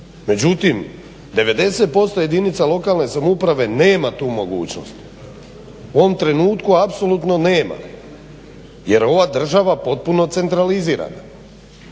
međutim 90% jedinica lokalne samouprave nema tu mogućnost. U ovom trenutku apsolutno nema, jer ova država potpuno centralizirana,